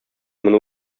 моны